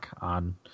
on